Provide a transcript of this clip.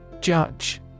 Judge